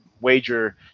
wager